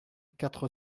quatre